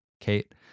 Kate